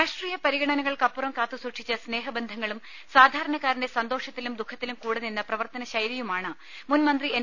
രാഷ്ട്രീയ പരിഗണനകൾക്കപ്പുറം കാത്തുസൂക്ഷിച്ച സ്നേഹബന്ധങ്ങളും സാധാരണക്കാരന്റെ സന്തോഷത്തിലും ദുഖത്തിലും കൂടെനിന്ന പ്രവർത്തനശൈ ലിയുമാണ് മുൻമന്ത്രി എൻ